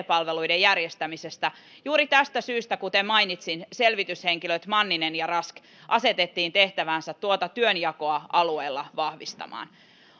palveluiden järjestämisestä niin juuri tästä syystä kuten mainitsin selvityshenkilöt manninen ja rask asetettiin tehtäväänsä tuota työnjakoa alueella vahvistamaan